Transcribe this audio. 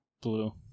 Blue